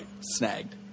snagged